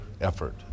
effort